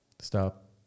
Stop